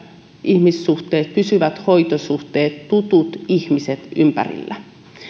ihmissuhteet pysyvät hoitosuhteet tutut ihmiset ympärillä